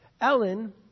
Ellen